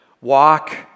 walk